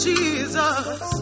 Jesus